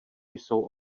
jsou